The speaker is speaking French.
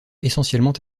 essentiellement